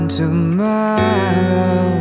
tomorrow